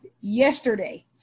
yesterday